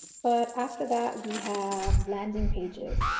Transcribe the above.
but after that we have landing pages,